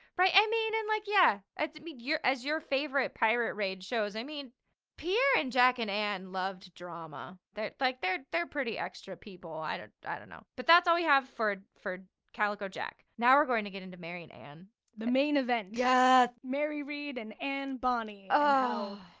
right. i mean in like, yeah. it didn't mean your as your favorite pirate radio shows. i mean pierre and jack and anne loved drama that like they're, they're pretty extra people. i, i don't know, but that's all we have for for calico jack now we're going to get into mary and anne the main event, yeah mary read and anne bonny. oh,